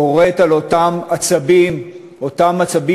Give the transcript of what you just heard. פורט על אותם עצבים מתוחים